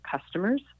customers